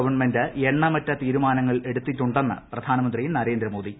government ്എണ്ണമറ്റ തീരുമാനങ്ങൾ എടുത്തിട്ടുണ്ടെന്ന് പ്രധാനമന്ത്രി നരേന്ദ്രമോദി